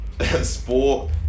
sport